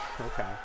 Okay